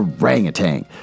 orangutan